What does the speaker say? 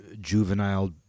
juvenile